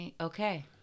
Okay